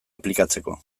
aplikatzeko